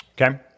okay